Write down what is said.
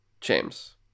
james